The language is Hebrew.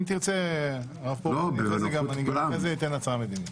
אם תרצה, הרב פרוש, אני אחרי זה אתן הצהרה מדינית.